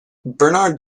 bernard